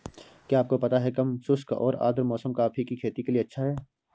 क्या आपको पता है कम शुष्क और आद्र मौसम कॉफ़ी की खेती के लिए अच्छा है?